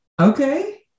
Okay